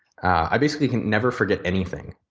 i basically never forget anything.